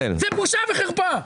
זה בושה וחרפה.